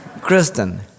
Kristen